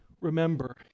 remember